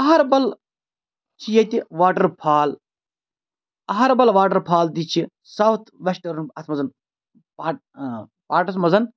اَہَربَل چھِ ییٚتہِ waterfall Aharbal waterfall تہِ چھِ ساوُتھ وٮ۪سٹٲرٕن اَتھ منٛز پاٹ پاٹَس منٛز